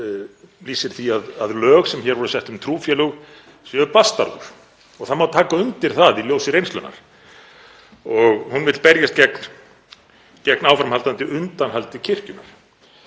lýsir því að lög sem hér voru sett um trúfélög séu bastarður og það má taka undir í ljósi reynslunnar. Hún vill berjast gegn áframhaldandi undanhaldi kirkjunnar.